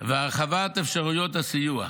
והרחבת אפשרויות הסיוע.